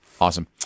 Awesome